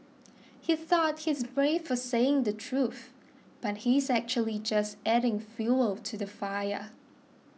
he thought he's brave for saying the truth but he's actually just adding fuel to the fire